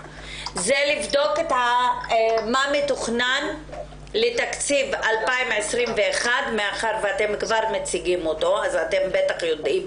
לבדוק מה מתוכנן לתקציב 2021 מאחר ואתם כבר מציגים אותו ואתם בטח יודעים